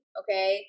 okay